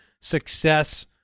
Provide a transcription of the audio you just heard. success –